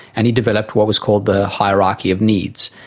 and he developed what was called the hierarchy of needs.